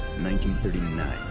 1939